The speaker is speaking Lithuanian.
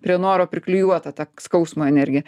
prie noro priklijuotą tą skausmo energiją